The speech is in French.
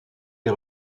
les